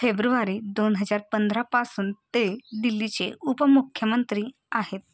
February दोन हजार पंधरापासून ते दिल्लीचे उपमुख्यमंत्री आहेत